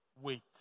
Wait